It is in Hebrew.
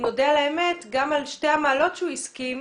אם נודה על האמת, גם על שתי המעלות שהוא הסכים,